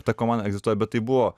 ta komanda egzistuoja bet tai buvo